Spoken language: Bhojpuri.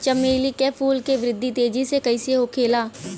चमेली क फूल क वृद्धि तेजी से कईसे होखेला?